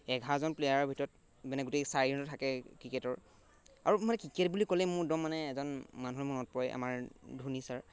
এঘাৰজন প্লেয়াৰৰ ভিতৰত মানে গোটেই থাকে ক্ৰিকেটৰ আৰু মানে ক্ৰিকেট বুলি ক'লে মোৰ একদম মানে এজন মানুহ মনত পৰে আমাৰ ধোনী ছাৰ